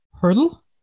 Hurdle